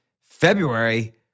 February